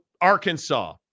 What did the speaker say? Arkansas